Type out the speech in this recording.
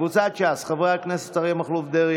קבוצת סיעת ש"ס: חברי הכנסת אריה מכלוף דרעי,